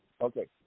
Okay